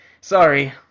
sorry